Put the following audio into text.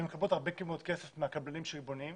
הן מקבלות הרבה מאוד כסף מהקבלנים שבונים,